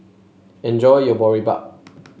enjoy your Boribap